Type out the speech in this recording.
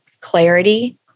clarity